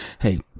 Hey